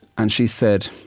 and she said,